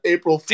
April